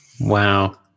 Wow